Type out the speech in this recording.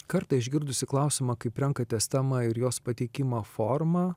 kartą išgirdusi klausimą kaip renkatės temą ir jos pateikimo formą